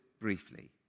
briefly